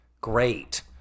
great